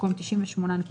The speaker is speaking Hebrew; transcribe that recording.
במקום "98.9%"